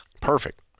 Perfect